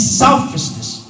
selfishness